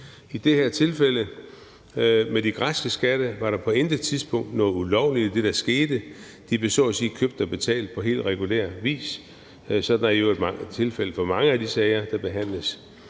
I det her tilfælde med de græske skatte var der på intet tidspunkt noget ulovligt i det, der skete. De blev så at sige købt og betalt på helt regulær vis. Sådan er det i øvrigt tilfældet for mange af de sager, der behandles.